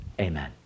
Amen